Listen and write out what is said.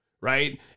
right